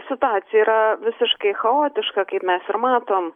situacija yra visiškai chaotiška kaip mes ir matom